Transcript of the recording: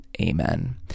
Amen